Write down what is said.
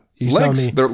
Legs